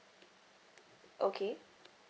okay